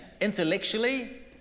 intellectually